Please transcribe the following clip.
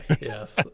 yes